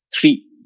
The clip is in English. three